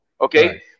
okay